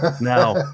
Now